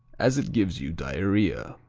as it gives you diarrhea.